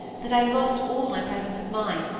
that i lost all my presence of mind,